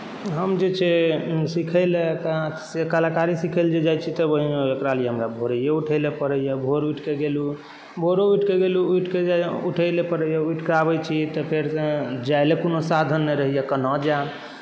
हम जे छै सिखै लए से कलाकारी सिखै लए जाइ छी तऽ ओहिमे हमरा प्रायः भोरहिये उठऽ लए पड़ैया भोर उठिके गेलहुँ भोरे उठिके गेलहुँ उठिकऽ उठै लए पड़ैया उठिकऽ आबै छी तऽ जाए लए कोनो साधन नहि रहैया कोना जायब